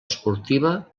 esportiva